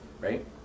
Right